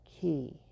key